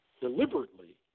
Deliberately